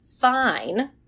Fine